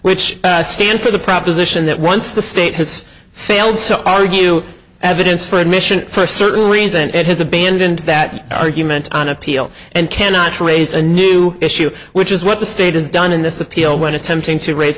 which stand for the proposition that once the state has failed so are you evidence for admission for certain reason it has abandoned that argument on appeal and cannot raise a new issue which is what the state has done in this appeal when attempting to raise